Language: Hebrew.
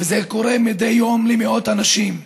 וזה קורה מדי יום למאות אנשים.